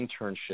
internship